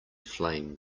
flame